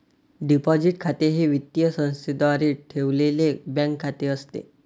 deposit खाते हे वित्तीय संस्थेद्वारे ठेवलेले बँक खाते असते